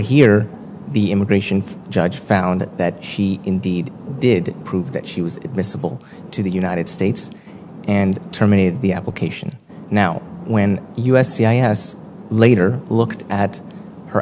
here the immigration judge found that she indeed did prove that she was admissible to the united states and terminated the application now when u s c i s later looked at her